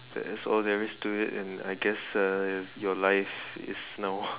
that is all there is to it and I guess uh your life is now